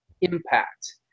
impact